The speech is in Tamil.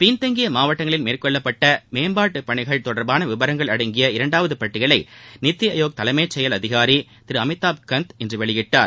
பின்தங்கிய மாவட்டங்களில் மேற்கொள்ளப்பட்ட மேம்பாட்டு பணிகள் தொடர்பாள விவரங்கள் அடங்கிய இரண்டாவது பட்டியலை நித்தி ஆயோக் தலைமைச்செயல் அதிகாரி திரு அமிதாப் காந்த் இன்று வெளியிட்டார்